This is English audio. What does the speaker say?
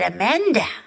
Amanda